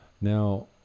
Now